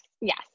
Yes